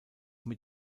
mit